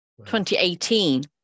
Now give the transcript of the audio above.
2018